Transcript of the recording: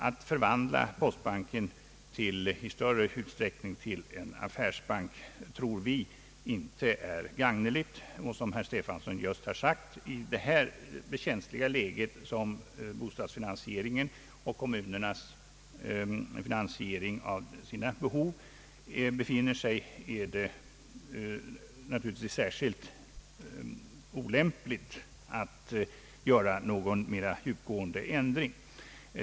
Att i större utsträckning förvandla postbanken till en affärsbank anser vi inte gagneligt, och — som herr Stefanson just sagt — i det känsliga läge som bostadsfinansieringen och kommunernas finansiering av sina behov befinner sig är det naturligtvis särskilt olämpligt att göra någon mera djupgående ändring.